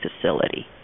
facility